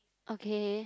okay